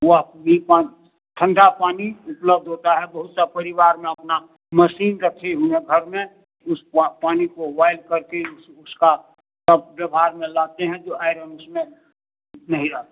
तो आप यह पानी ठण्डा पानी उपलब्ध होता है बहुत सा परिबार ना अपना मशीन तशीन में भरने उसका पानी को ब्वाईल करके उस उसका व्यवहार में लाते हैं जो आइरन उसमें नहीं रहता है